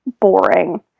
boring